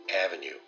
Avenue